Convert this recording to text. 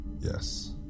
Yes